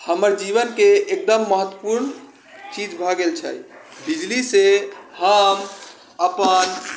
हमर जीवनके एकदम महत्वपूर्ण चीज भऽ गेल छै बिजलीसँ हम अपन